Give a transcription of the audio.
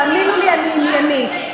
תאמינו לי, אני עניינית.